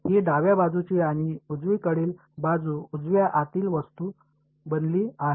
ही डाव्या बाजूची आणि उजवीकडील बाजू उजव्या आतील वस्तू बनली आहे